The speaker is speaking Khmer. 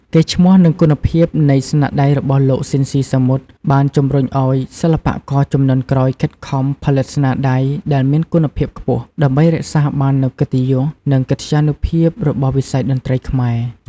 កេរ្តិ៍ឈ្មោះ និងគុណភាពនៃស្នាដៃរបស់លោក ស៊ីន ស៊ីសាមុត បានជំរុញឱ្យសិល្បករជំនាន់ក្រោយខិតខំផលិតស្នាដៃដែលមានគុណភាពខ្ពស់ ដើម្បីរក្សាបាននូវកិត្តិយស និងកិត្យានុភាពរបស់វិស័យតន្ត្រីខ្មែរ ។